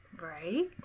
Right